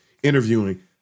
interviewing